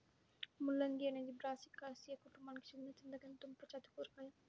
ముల్లంగి అనేది బ్రాసికాసియే కుటుంబానికి చెందిన తినదగిన దుంపజాతి కూరగాయ